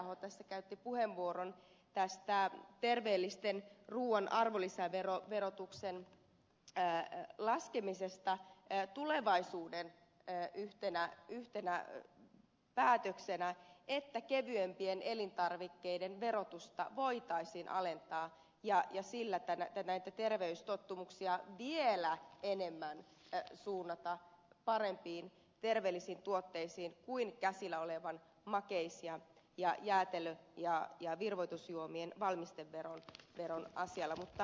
taiveaho tässä käytti puheenvuoron tästä terveellisen ruuan arvonlisäverotuksen laskemisesta tulevaisuuden yhtenä päätöksenä kevyempien elintarvikkeiden verotusta voitaisiin alentaa ja sillä näitä terveystottumuksia vielä enemmän suunnata parempiin terveellisiin tuotteisiin kuin käsillä olevalla makeis jäätelö ja virvoitusjuomien valmisteverolla